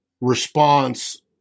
response